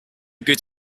good